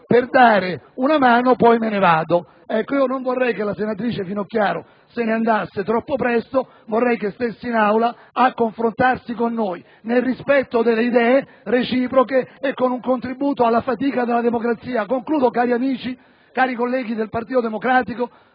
per dare una mano e poi me ne vado. Non vorrei che la senatrice Finocchiaro se ne andasse troppo presto; vorrei che stesse in Aula a confrontarsi con noi, nel rispetto delle idee reciproche e con un contributo alla fatica della democrazia. Concludo, cari colleghi del Partito Democratico.